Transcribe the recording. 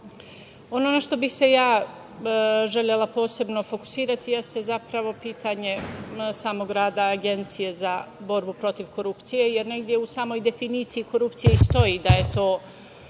na šta bih se ja želela posebno fokusirati jeste pitanje samog rada Agencije za borbu protiv korupcije, jer negde u samoj definicije korupcije i stoji da je to